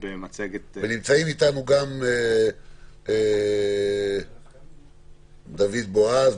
נמצאים איתנו בזום גם דוד בועז,